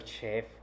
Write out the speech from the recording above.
chef